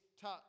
touch